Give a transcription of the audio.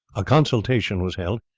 a consultation was held,